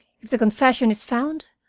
if the confession is found,